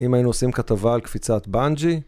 אם היינו עושים כתבה על קפיצת בנג'י